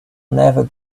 never